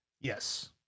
Yes